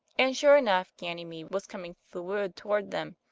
and sure enough ganymede was coming through the wood towards them.